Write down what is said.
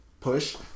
push